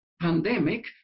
pandemic